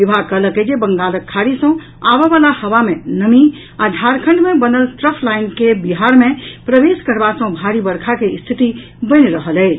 विभाग कहलक अछि जे बंगालक खाड़ी सॅ आबय वला हवा मे नमी आ झारखंड मे बनल ट्रफ लाईन के बिहार मे प्रवेश करबा सॅ भारी वर्षा के स्थिति बनि रहल अछि